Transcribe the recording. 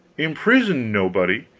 imprisoned nobody,